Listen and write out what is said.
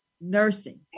Nursing